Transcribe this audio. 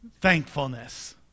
Thankfulness